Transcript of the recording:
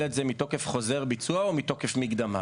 את זה מתוקף חוזר ביצוע או מתוקף מקדמה.